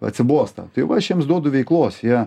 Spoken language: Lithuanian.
atsibosta tai va aš jiems duodu veiklos jie